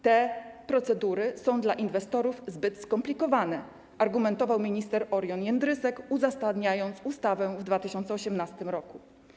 Te procedury są dla inwestorów zbyt skomplikowane - argumentował minister Orion Jędrysek, uzasadniając ustawę w 2018 r.